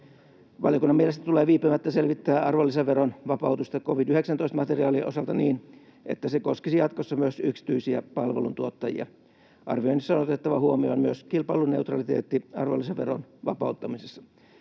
Valiokunnan mielestä tulee viipymättä selvittää arvonlisäveron vapautusta covid-19-materiaalien osalta niin, että se koskisi jatkossa myös yksityisiä palveluntuottajia. Arvioinnissa on otettava huomioon myös kilpailuneutraliteetti arvonlisäveron vapauttamisessa.